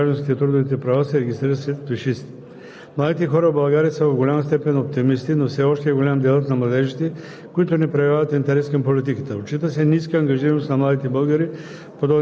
Половината от младите хора – 51 %, не познават гражданските си права, а трудовите – малко под половината – 46%. Най-големи дялове на запознатост на гражданските и трудовите права се регистрират след